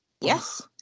Yes